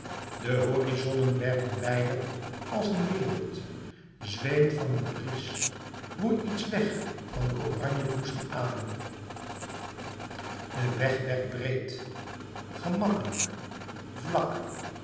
de horizonnen werden wijder als een wereld zweem van een bries woei iets weg van den oranjebloesemadem de weg werd breed gemakkelijk vlak